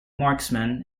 marksman